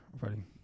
fighting